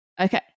Okay